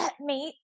mate